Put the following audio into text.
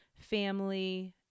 family